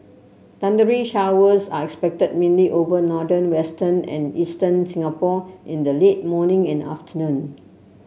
thundery showers are expected mainly over northern western and eastern Singapore in the late morning and afternoon